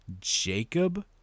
Jacob